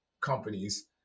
companies